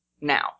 now